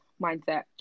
mindset